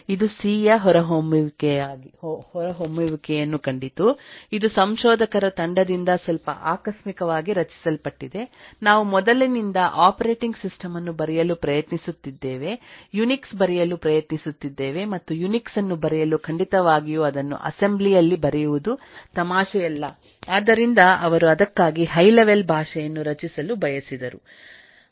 ಇದುಸಿ ಯ ಹೊರಹೊಮ್ಮುವಿಕೆಯನ್ನು ಕಂಡಿತು ಇದುಸಂಶೋಧಕರ ತಂಡದಿಂದ ಸ್ವಲ್ಪ ಆಕಸ್ಮಿಕವಾಗಿ ರಚಿಸಲ್ಪಟ್ಟಿದೆ ನಾವು ಮೊದಲಿನಿಂದ ಆಪರೇಟಿಂಗ್ ಸಿಸ್ಟಮ್ ಅನ್ನು ಬರೆಯಲು ಪ್ರಯತ್ನಿಸುತ್ತಿದ್ದೇವೆ ಯುನಿಕ್ಸ್ ಬರೆಯಲು ಪ್ರಯತ್ನಿಸುತ್ತಿದ್ದೇವೆ ಮತ್ತು ಯುನಿಕ್ಸ್ ಅನ್ನು ಬರೆಯಲು ಖಂಡಿತವಾಗಿಯೂ ಅದನ್ನು ಅಸೆಂಬ್ಲಿ ಯಲ್ಲಿ ಬರೆಯುವುದು ತಮಾಷೆ ಅಲ್ಲ ಆದ್ದರಿಂದ ಅವರು ಅದಕ್ಕಾಗಿ ಹೈ ಲೆವೆಲ್ ಭಾಷೆಯನ್ನು ರಚಿಸಿಲು ಬಯಸಿದ್ದರು